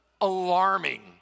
alarming